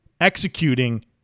executing